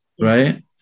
right